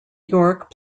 york